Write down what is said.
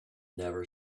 never